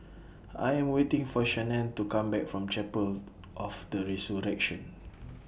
I Am waiting For Shannen to Come Back from Chapel of The Resurrection